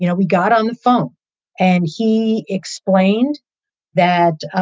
you know we got on the phone and he explained that